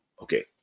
Okay